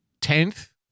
Tenth